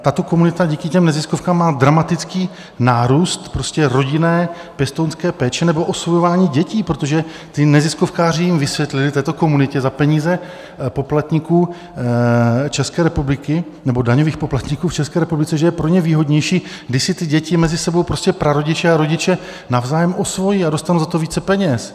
Tato komunita díky neziskovkám má dramatický nárůst rodinné pěstounské péče nebo osvojování dětí, protože ti neziskovkáři jim vysvětlili, této komunitě, za peníze poplatníků České republiky nebo daňových poplatníků v České republice, že je pro ně výhodnější, když si ty děti mezi sebou prostě prarodiče a rodiče navzájem osvojí, a dostanou za to více peněz.